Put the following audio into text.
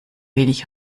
wenig